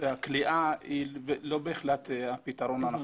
והכליאה לא בהכרח הפתרון הנכון.